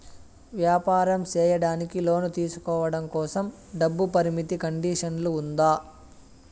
వ్యాపారం సేయడానికి లోను తీసుకోవడం కోసం, డబ్బు పరిమితి కండిషన్లు ఉందా?